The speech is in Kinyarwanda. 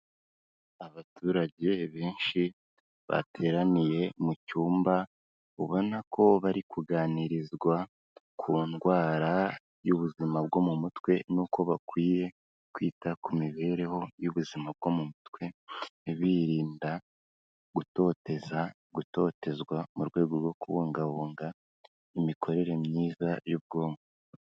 Abaturage benshi bateraniye mu cyumba, ubona ko bari kuganirizwa ku ndwara y'ubuzima bwo mu mutwe n'uko bakwiye kwita ku mibereho y'ubuzima bwo mu mutwe, birinda gutoteza, gutotezwa mu rwego rwo kubungabunga imikorere myiza y'ubwonko.